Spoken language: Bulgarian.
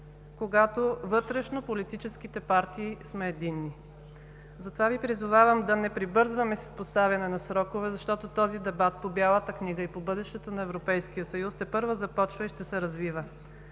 когато вътрешнополитическите партии сме единни. Затова Ви призовавам да не прибързваме с поставяне на срокове, защото дебатът по Бялата книга и по бъдещето на Европейския съюз тепърва започва и ще се развива.